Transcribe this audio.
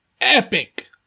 epic